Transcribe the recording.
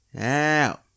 out